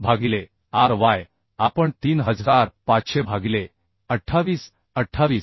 भागिले Ry आपण 3500 भागिले 28 28